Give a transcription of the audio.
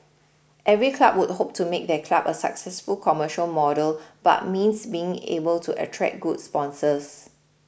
every club would hope to make their club a successful commercial model but means being able to attract goods sponsors